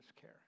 care